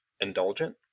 indulgent